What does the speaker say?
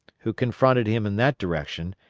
who confronted him in that direction,